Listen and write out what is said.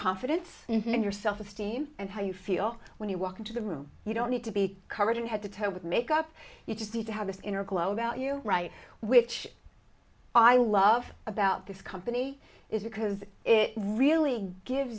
confidence in yourself with steam and how you feel when you walk into the room you don't need to be covered in head to toe with makeup you just need to have this inner glow about you which i love about this company is because it really gives